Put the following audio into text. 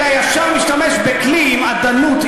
אלא ישר משתמש בכלי עם אדנות,